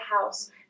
house